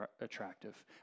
attractive